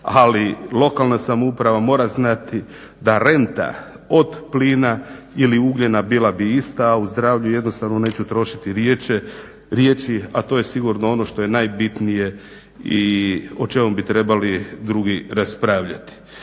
ali lokalna samouprava mora znati da renta od plina ili ugljena bila bi ista, a u zdravlju jednostavno neću trošiti riječi a to je sigurno ono što je najbitnije i o čemu bi trebali drugi raspravljati.